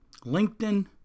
LinkedIn